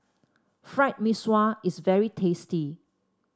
Fried Mee Sua is very tasty